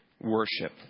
worship